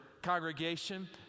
congregation